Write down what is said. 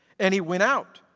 and he went out,